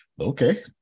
Okay